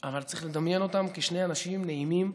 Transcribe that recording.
אבל צריך לדמיין אותם כשני אנשים נעימים,